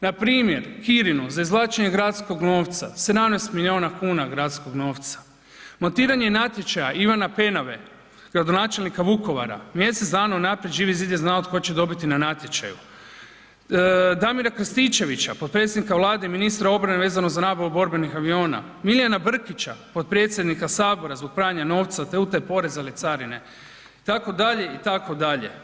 Npr. Kirinu za izvlačenje gradskog novca 17 milijuna kuna gradskog novca, montiranje natječaja Ivana Penave, gradonačelnika Vukovara mjesec dana unaprijed Živi zid je znao tko će dobiti na natječaju, Damira Krstičevića potpredsjednika Vlade i ministra obrane vezano za nabavu borbenih aviona, Milijana Brkića, potpredsjednika Sabora zbog pranja novca te utaje poreza ili carine, itd., itd.